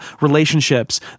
relationships